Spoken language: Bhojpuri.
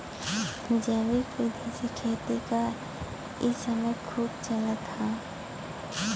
जैविक विधि से खेती क इ समय खूब चलत हौ